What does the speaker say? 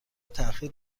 تاخیر